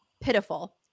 pitiful